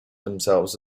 themselves